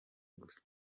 gusa